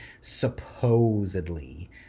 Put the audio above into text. supposedly